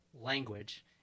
language